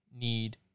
need